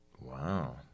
Wow